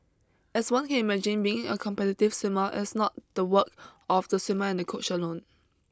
as one can imagine being a competitive swimmer is not the work of the swimmer and the coach alone